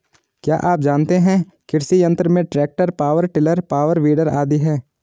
क्या आप जानते है कृषि यंत्र में tractor, power tiller, power weeder आदि है?